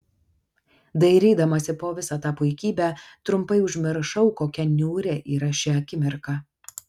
dairydamasi po visą tą puikybę trumpai užmiršau kokia niūri yra ši akimirka